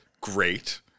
great